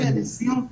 רק לסיום.